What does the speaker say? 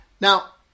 Now